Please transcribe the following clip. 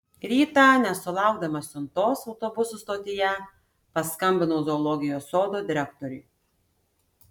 rytą nesulaukdamas siuntos autobusų stotyje paskambinau zoologijos sodo direktoriui